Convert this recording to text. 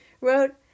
wrote